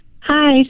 hi